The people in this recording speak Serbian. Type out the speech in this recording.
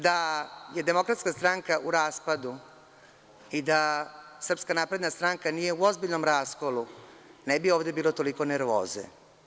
Da je Demokratska stranka u raspadu i da Srpska napredna stranka nije u ozbiljnom raskolu, ne bi ovde bilo toliko nervoze.